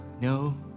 No